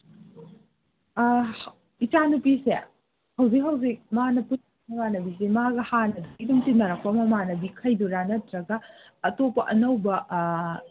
ꯏꯆꯥꯅꯨꯄꯤꯁꯦ ꯍꯧꯖꯤꯛ ꯍꯧꯖꯤꯛ ꯃꯥꯅ ꯄꯨꯜꯂꯤꯕ ꯃꯃꯥꯟꯅꯕꯤꯁꯦ ꯃꯥꯒ ꯍꯥꯟꯅꯗꯒꯤ ꯑꯗꯨꯝ ꯇꯤꯟꯅꯔꯛꯄ ꯃꯃꯥꯟꯅꯕꯤꯈꯩꯗꯨꯔ ꯅꯠꯇ꯭ꯔꯒ ꯑꯇꯣꯞꯄ ꯑꯅꯧꯕ